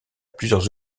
plusieurs